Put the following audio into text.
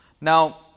Now